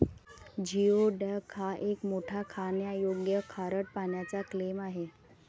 geoduck हा एक मोठा खाण्यायोग्य खारट पाण्याचा क्लॅम आहे